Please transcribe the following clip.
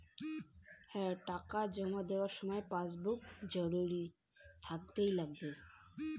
টাকা জমা দেবার সময় পাসবুক কি জরুরি?